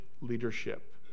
leadership